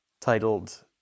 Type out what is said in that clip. titled